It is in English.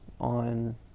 on